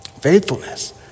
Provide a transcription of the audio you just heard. Faithfulness